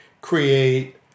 create